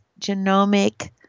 genomic